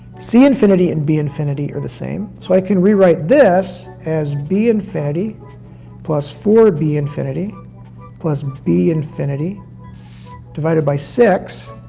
c infinity and b infinity are the same. so i can rewrite this as b infinity plus four b infinity plus b infinity divided by six.